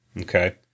Okay